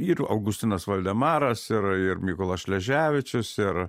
ir augustinas voldemaras ir ir mykolas šleževičius ir